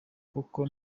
kuko